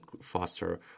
faster